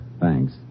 Thanks